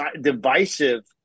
divisive